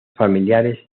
familiares